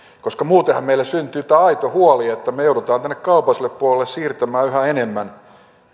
koska muutenhan meille syntyy tämä aito huoli että me joudumme tänne kaupalliselle puolelle siirtämään yhä enemmän